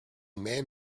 man